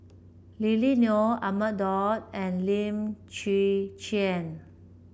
Lily Neo Ahmad Daud and Lim Chwee Chian